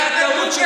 יבגני,